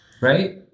right